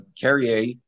Carrier